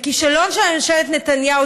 לכישלון של ממשלת נתניהו,